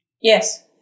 Yes